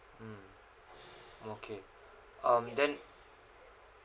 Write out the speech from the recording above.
mm okay um then